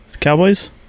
Cowboys